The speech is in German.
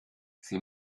sie